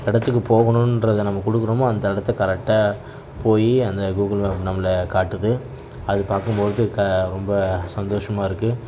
இடத்துக்குப் போகணுன்றதை நம்ம கொடுக்குறோமோ அந்த இடத்த கரெக்டாக போய் அந்த கூகுள் மேப் நம்மளை காட்டுது அது பார்க்கும்போது க ரொம்ப சந்தோஷமாக இருக்கு